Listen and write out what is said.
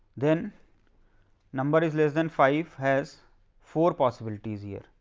then number is less than five has four possibility here.